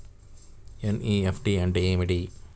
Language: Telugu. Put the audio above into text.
ఎన్.ఈ.ఎఫ్.టీ అంటే ఏమిటీ?